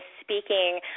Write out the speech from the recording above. speaking